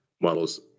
models